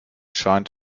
scheint